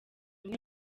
umwe